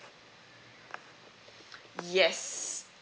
yes